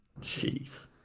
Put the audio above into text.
Jeez